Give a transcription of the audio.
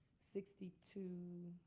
sixty two,